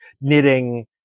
knitting